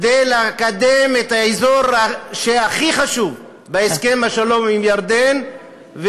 כדי לקדם את האזור הכי חשוב בהסכם השלום עם ירדן,